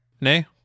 nay